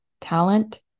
talent